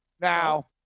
Now